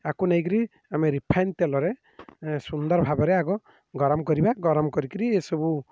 ଆକୁ ନେଇକରି ଆମେ ରିଫାଇନ୍ ତେଲରେ ସୁନ୍ଦର ଭାବରେ ଆଗ ଗରମ କରିବା ଗରମ କରିକରି ଏସବୁ